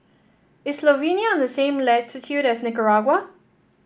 is Slovenia on the same latitude as Nicaragua